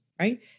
right